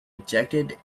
ejected